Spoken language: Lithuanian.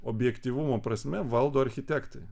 objektyvumo prasme valdo architektai